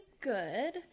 good